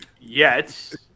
Yes